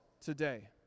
today